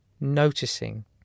noticing